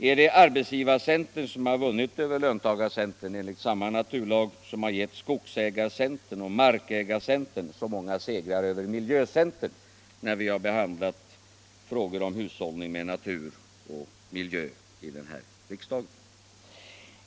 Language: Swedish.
Är det arbetsgivarcentern som vunnit över löntagarcentern enligt samma naturlag som gett skogsägarcentern och markägarcentern så många segrar över miljöcentern när vi har behandlat frågor om hushållning med vår natur och miljö här i riksdagen?